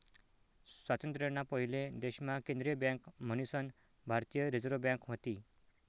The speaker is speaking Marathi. स्वातंत्र्य ना पयले देश मा केंद्रीय बँक मन्हीसन भारतीय रिझर्व बँक व्हती